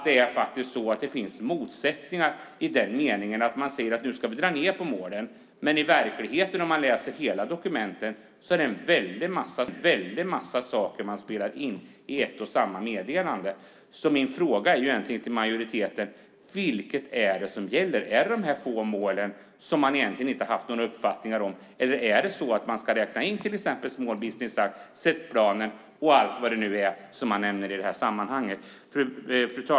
Det finns också motsättningar i den meningen att man säger att vi nu ska dra ned på målen, men i verkligheten - det ser man om man läser hela dokumenten - är det en väldig massa saker man spelar in i ett och samma meddelande. Min fråga till majoriteten är alltså egentligen: Vilket är det som gäller? Är det dessa få mål som man egentligen inte har haft någon uppfattning om, eller är det så att man ska räkna in till exempel Small Business Act, SET-planen och allt vad det är man nämner i detta sammanhang? Fru talman!